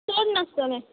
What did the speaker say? चड नासतलें